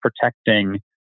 protecting